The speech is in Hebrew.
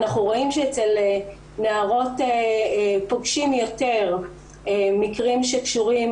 אנחנו רואים שאצל נערות פוגשים יותר מקרים שקשורים